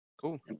cool